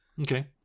Okay